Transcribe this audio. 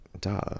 duh